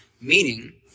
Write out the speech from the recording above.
meaning